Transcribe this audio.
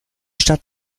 stadt